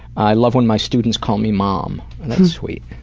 i love when my students call me mom. that's sweet.